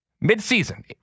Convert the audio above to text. mid-season